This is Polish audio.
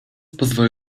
pozwolę